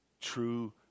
true